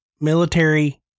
military